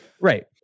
Right